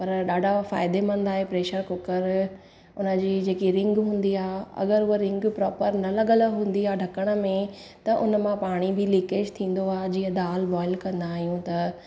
पर ॾाढा फ़ाइदेमंदि आहे प्रेशर कुकर उनजी जेकी रिंग हूंदी आहे अगरि उहा रिंग प्रॉपर न लॻल हूंदी आहे ढकण में त उन मां पाणी बि लीकेज थींदो आहे जीअं दाल बॉइल कंदा आहियूं त